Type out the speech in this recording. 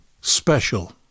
special